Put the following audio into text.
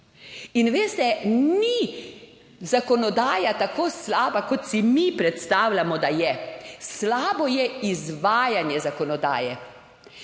In veste, ni zakonodaja tako slaba, kot si mi predstavljamo, da je slabo je izvajanje zakonodaje.